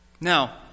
Now